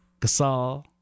Gasol